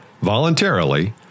voluntarily